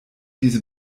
diese